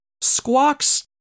Squawks